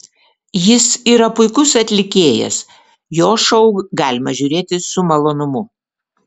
jis yra puikus atlikėjas jo šou galima žiūrėti su malonumu